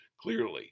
Clearly